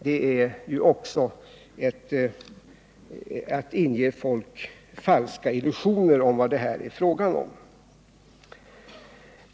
Det är också att inge folk faiska föreställningar om vad det här är fråga om.